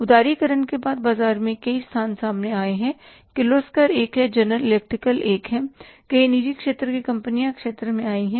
उदारीकरण के बाद बाजार में कई स्थान सामने आए हैं किर्लोस्कर एक है जनरल इलेक्ट्रिकल एक है कई निजी क्षेत्र की कंपनियां क्षेत्र में आई हैं